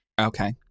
okay